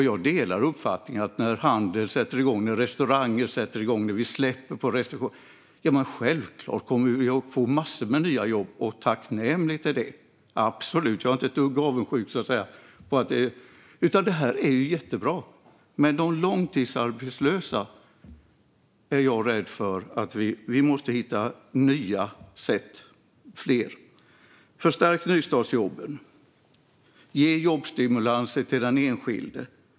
Jag delar uppfattningen att när handeln och restaurangerna kommer igång, när vi släpper på restriktionerna, blir det självklart en mängd nya jobb - och det är tacknämligt. Jag är inte dugg avundsjuk, så att säga. Det är jättebra. Men jag är rädd för att vi måste hitta nya sätt för de långtidsarbetslösa. Förstärk nystartsjobben. Ge jobbstimulanser till den enskilde.